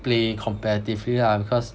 play competitively lah because